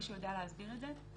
מישהו יודע להסביר את זה?